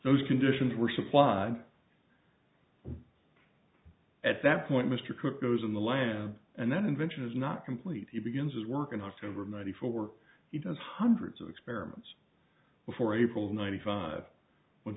those conditions were supplied at that point mr cook goes in the lamb and that invention is not complete he begins his work in october ninety four he does hundreds of experiments before april of ninety five when